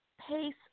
pace